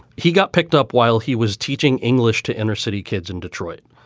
he got picked up while he was teaching english to inner city kids in detroit.